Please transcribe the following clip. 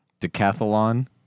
decathlon